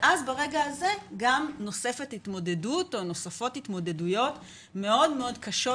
ואז ברגע הזה גם נוספות התמודדויות מאוד מאוד קשות,